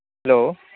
hello